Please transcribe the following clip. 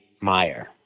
Meyer